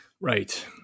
Right